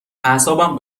اعصابم